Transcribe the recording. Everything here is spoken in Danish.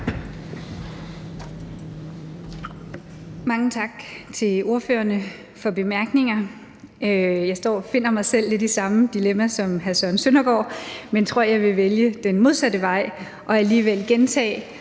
Mange tak til ordførerne for bemærkningerne. Jeg befinder mig selv lidt i samme dilemma som hr. Søren Søndergaard, men tror, at jeg vil vælge den modsatte vej og alligevel gentage,